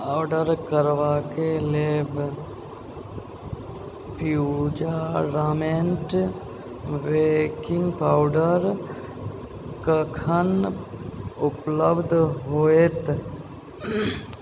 order करबाक लेल Puramate baking powder कखन उपलब्ध हैत